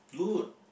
good